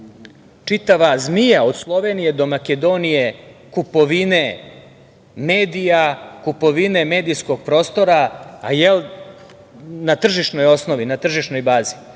čitava zmija, od Slovenije do Makedonije, kupovine medija, kupovine medijskog prostora, na tržišnoj osnovi, na tržišnoj bazi,